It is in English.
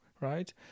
right